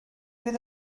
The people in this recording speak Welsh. fydd